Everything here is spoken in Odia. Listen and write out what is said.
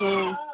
ହୁଁ